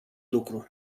lucru